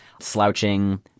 slouching